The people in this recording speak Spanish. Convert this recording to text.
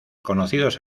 conocidos